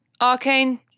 arcane